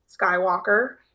Skywalker